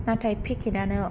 नाथाय पेकेतानो